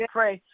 pray